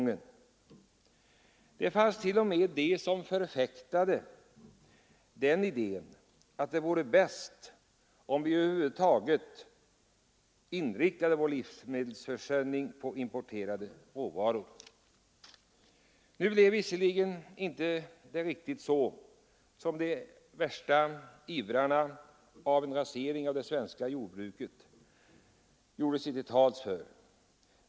Det fanns t.o.m. de som förfäktade den idén att det vore bäst om vi över huvud taget inriktade vår livsmedelsförsörjning på importerade råvaror. Nu blev det visserligen inte riktigt så som de värsta ivrarna för en rasering av det svenska jordbruket gjorde sig till talesmän för.